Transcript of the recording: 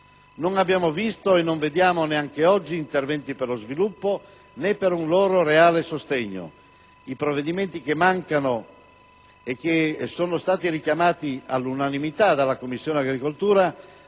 Non abbiamo visto, e non vediamo neanche oggi, interventi per lo sviluppo né per un loro reale sostegno. I provvedimenti che mancano, e che sono stati richiamati all'unanimità dalla Commissione agricoltura,